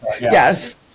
yes